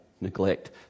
neglect